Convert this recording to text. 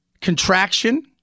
contraction